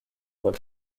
voie